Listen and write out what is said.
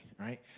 right